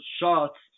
shots